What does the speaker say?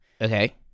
Okay